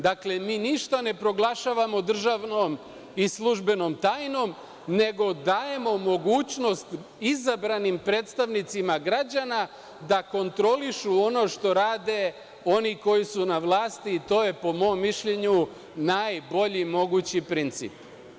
Dakle, mi ništa ne proglašavamo državnom i službenom tajnom, nego dajemo mogućnost izabranim predstavnicima građana da kontrolišu ono što rade oni koji su na vlasti i to je po mom mišljenju najbolji mogući princip.